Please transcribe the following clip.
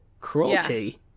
Cruelty